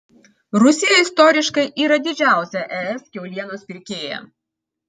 rusija istoriškai yra didžiausia es kiaulienos pirkėja